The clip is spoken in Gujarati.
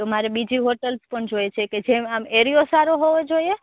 તો મારે બીજી હોટલ્સ પણ જોઈએ છે કે જેમ આમ એરિયો સારો હોવો જોઈએ